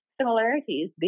similarities